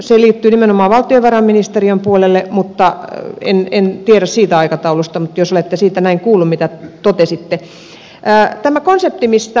se liittyy nimenomaan valtiovarainministeriön puolelle en tiedä siitä aikataulusta mutta jos olette siitä näin kuullut mitä totesitte